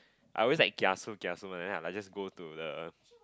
I always like kiasu kiasu one then I'll like just go to the